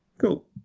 cool